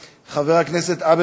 חבר הכנסת איציק שמולי, מוותר.